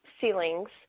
ceilings